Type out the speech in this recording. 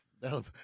That'll